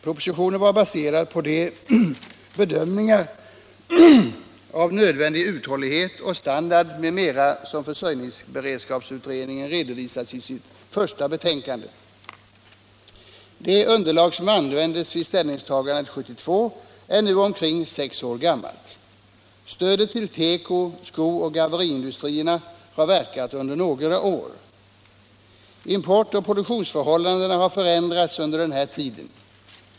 Propositionen var baserad på de bedömningar av nödvändig uthållighet och standard m.m. som försörjningsberedskapsutredningen redovisat i sitt första betänkande. Det underlag som användes vid ställningstagandet 1972 är nu omkring sex år gammalt. Stödet till teko-, skooch garveriindustrierna har verkat under några år. Import och produktionsförhållanden har förändrats under denna tid.